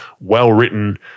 well-written